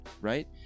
right